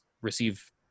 receive